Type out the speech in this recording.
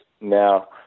now